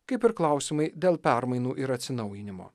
kaip ir klausimai dėl permainų ir atsinaujinimo